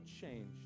change